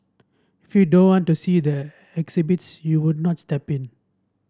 if you don't want to see the exhibits you would not step in